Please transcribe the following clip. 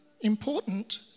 important